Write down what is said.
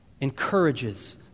encourages